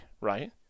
right